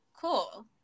cool